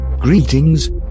Greetings